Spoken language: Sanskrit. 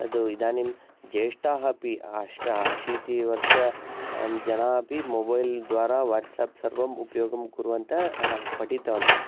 तद् इदानीं ज्येष्ठाः अपि आश् आशीति वर्ष जनापि मोबैल् द्वारा वट्साप् सर्वम् उपयोगं कुर्वन्तः पठितवन्तः